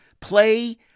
play